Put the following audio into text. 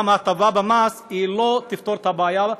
גם ההטבה במס לא תפתור את הבעיה,